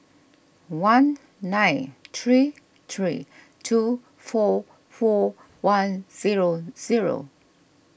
one nine three three two four four one zero zero